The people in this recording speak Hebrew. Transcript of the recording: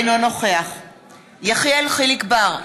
אינו נוכח יחיאל חיליק בר,